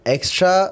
Extra